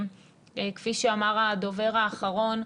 כפי שאמר הדובר האחרון,